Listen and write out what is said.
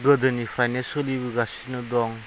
गोदोनिफ्रायनो सोलायबोगासिनो दं